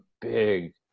big